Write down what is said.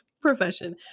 profession